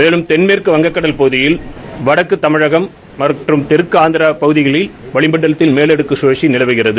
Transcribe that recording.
மேலும் தென்மேற்கு வங்கக் கடல் பகுதியில் வடக்கு தமிழகம் தெற்கு ஆந்திர பகுதிகளில் வளிமண்டலத்தில் மேலடுக்கு சுழற்சி நிலவுகிறது